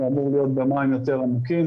הוא אמור להיות במים יותר עמוקים,